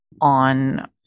on